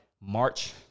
March